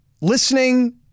listening